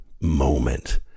moment